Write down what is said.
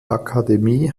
akademie